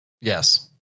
Yes